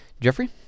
jeffrey